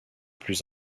plus